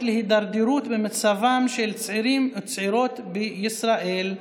להידרדרות במצבם של צעירים וצעירות בישראל,